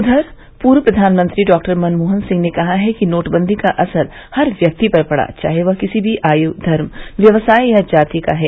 उधर पूर्व प्रधानमंत्री डॉक्टर मनमोहन सिंह ने कहा है कि नोटबंदी का असर हर व्यक्ति पर पड़ा चाहे वह किसी भी आय धर्म व्यवसाय या जाति का है